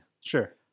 sure